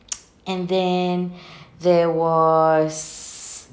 and then there was